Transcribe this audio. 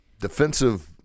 defensive